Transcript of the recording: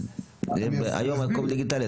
היום הכול דיגיטלי.